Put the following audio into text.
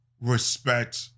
respect